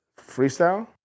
freestyle